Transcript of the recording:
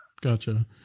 Gotcha